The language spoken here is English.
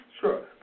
Sure